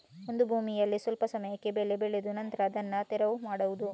ಒಂದು ಭೂಮಿನಲ್ಲಿ ಸ್ವಲ್ಪ ಸಮಯಕ್ಕೆ ಬೆಳೆ ಬೆಳೆದು ನಂತ್ರ ಅದನ್ನ ತೆರವು ಮಾಡುದು